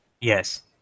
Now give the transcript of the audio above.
yes